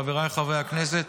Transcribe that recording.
חבריי חברי הכנסת,